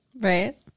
Right